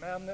Själv